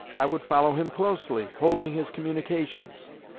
i would follow him closely, holding his communications.